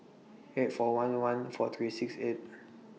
eight four one one four three six eight